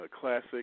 classic